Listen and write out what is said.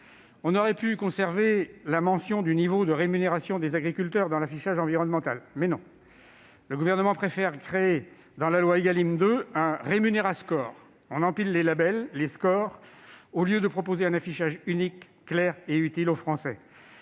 envisageable de conserver la mention du niveau de rémunération des agriculteurs dans l'affichage environnemental. Mais non ! Le Gouvernement préfère créer, dans la loi Égalim 2, un « Rémunéra-score »... On empile les labels, les scores, au lieu de proposer un affichage unique, clair et utile aux Français.